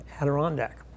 Adirondack